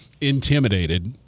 intimidated